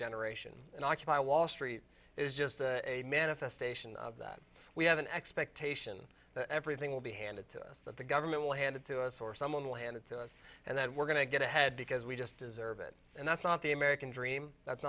generation and occupy wall street is just a manifestation of that we have an expectation that everything will be handed to us that the government will hand it to us or someone landed to us and that we're going to get ahead because we just deserve it and that's not the american dream that's